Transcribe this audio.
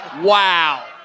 Wow